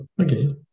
okay